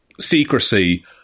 secrecy